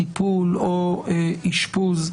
טיפול או אשפוז,